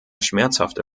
schmerzhafte